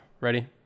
Ready